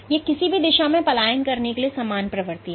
तो यह किसी भी दिशा में पलायन करने के लिए समान प्रवृत्ति है